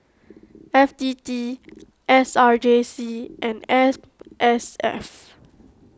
F T T S R J C and S S F